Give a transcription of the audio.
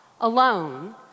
alone